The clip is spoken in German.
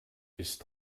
ist